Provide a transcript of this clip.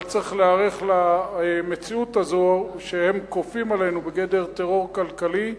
אבל צריך להיערך למציאות הזאת שהם כופים עלינו בגדר טרור כלכלי,